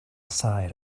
side